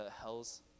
hell's